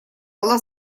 была